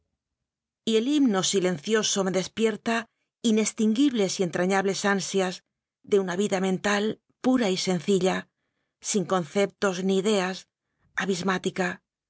y el himno silencioso me despierta inestinguibles y entrañables ansias de una vida mental pura y sencilla sin conceptos ni ideas abismática